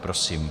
Prosím.